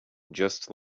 just